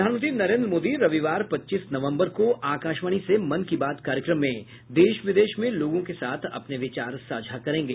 प्रधानमंत्री नरेन्द्र मोदी रविवार पच्चीस नवम्बर को आकाशवाणी से मन की बात कार्यक्रम में देश विदेश में लोगों के साथ अपने विचार साझा करेंगे